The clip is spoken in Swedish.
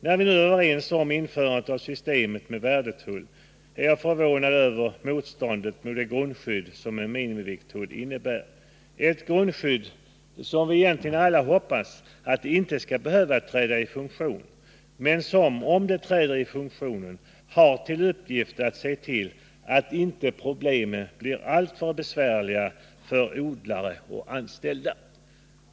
När vi nu är överens om införandet av systemet med värdetull, är jag förvånad över motståndet mot det grundskydd som en minimivikttull innebär — ett grundskydd som vi alla egentligen hoppas inte skall behöva träda i funktion men som, om det träder i funktion, har till uppgift att förhindra att problemen blir alltför besvärliga för odlare och anställda. Fru talman!